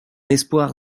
espoir